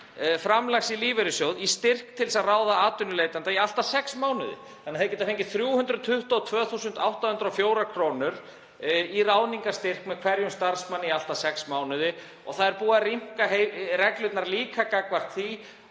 framlags í lífeyrissjóð, í styrk til að ráða atvinnuleitanda í allt að sex mánuði. Þeir geta fengið 322.804 kr. í ráðningarstyrk með hverjum starfsmanni í allt að sex mánuði. Það er búið að rýmka reglurnar líka og stytta